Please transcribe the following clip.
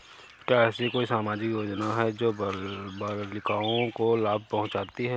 क्या ऐसी कोई सामाजिक योजनाएँ हैं जो बालिकाओं को लाभ पहुँचाती हैं?